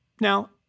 Now